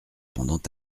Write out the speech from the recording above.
pendant